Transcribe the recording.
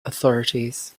authorities